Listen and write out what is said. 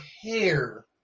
hair